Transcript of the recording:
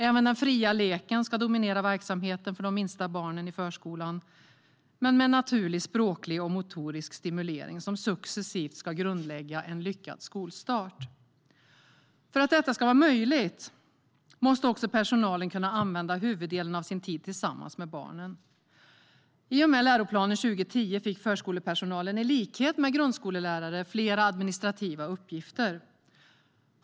Även den fria leken ska dominera verksamheten för de minsta barnen i förskolan men med naturlig språklig och motorisk stimulering som successivt ska grundlägga en lyckad skolstart. För att detta ska vara möjligt måste också personalen kunna använda huvuddelen av sin tid tillsammans med barnen. I och med läroplanen 2010 fick förskolepersonalen, i likhet med grundskollärare, fler administrativa uppgifter.